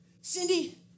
Cindy